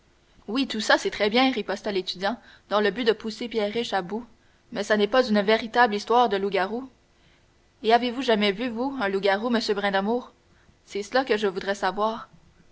herbe oui tout ça c'est très bien riposta l'étudiant dans le but de pousser pierriche à bout mais ça n'est pas une véritable histoire de loup-garou en avez-vous jamais vu vous un loup-garou m brindamour c'est cela que je voudrais savoir